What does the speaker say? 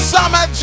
Summer